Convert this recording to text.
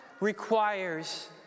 requires